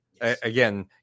Again